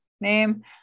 name